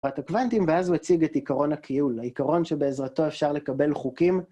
תורת הקוונאטים, ואז הוא הציג את עיקרון הכיול, העיקרון שבעזרתו אפשר לקבל חוקים.